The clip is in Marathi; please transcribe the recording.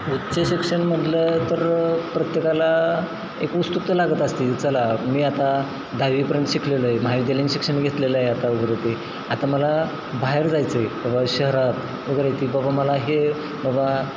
उच्च शिक्षण म्हटलं तर प्रत्येकाला एक उत्सुकता लागत असते चला मी आता दहावीपर्यंत शिकलेलो आहे महाविद्यालयीन शिक्षण घेतलेलं आहे आता वगैरे ते आता मला बाहेर जायचं आहे बाबा शहरात वगैरे की बाबा मला हे बाबा